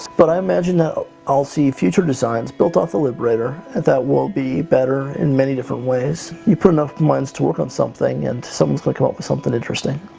but i imagine that i'll i'll see future designs built off the liberator that that will be better in many different ways. you put enough minds to work on something, and someone's gonna come up with something interesting.